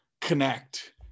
connect